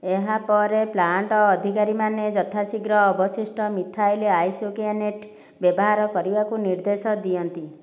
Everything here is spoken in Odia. ଏହା ପରେ ପ୍ଲାଣ୍ଟ ଅଧିକାରୀମାନେ ଯଥାଶୀଘ୍ର ଅବଶିଷ୍ଟ ମିଥାଇଲ୍ ଆଇସୋକିଆନେଟ୍ ବ୍ୟବହାର କରିବାକୁ ନିର୍ଦ୍ଦେଶ ଦିଅନ୍ତି